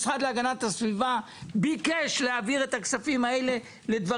למה כאשר היה צריך להציל מפעל שעסק במחזור,